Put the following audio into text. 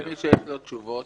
ומי שיש לו תשובות?